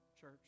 church